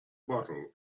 bottle